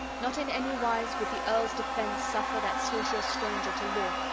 not in any wise would the earls'-defence suffer that slaughterous stranger to live,